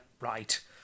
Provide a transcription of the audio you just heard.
right